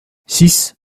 six